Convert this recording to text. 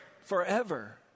forever